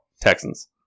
Texans